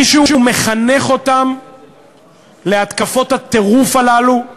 מישהו מחנך אותם להתקפות הטירוף הללו.